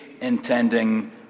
intending